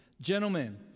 Gentlemen